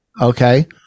okay